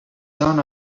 son